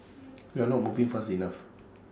we are not moving fast enough